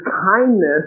kindness